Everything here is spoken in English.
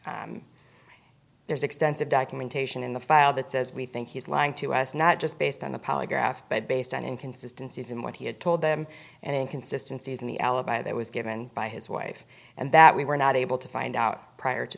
there's there's extensive documentation in the file that says we think he's lying to us not just based on the polygraph but based on inconsistences and what he had told them and inconsistency in the alibi that was given by his wife and that we were not able to find out prior to